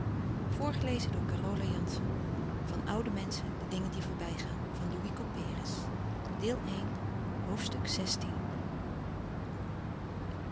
van oude menschen de dingen die voorbij gaan ste deel van van